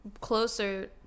closer